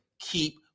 keep